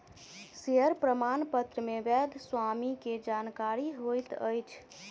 share प्रमाणपत्र मे वैध स्वामी के जानकारी होइत अछि